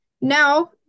now